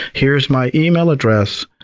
here's my email address.